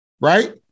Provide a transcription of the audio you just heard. Right